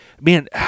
man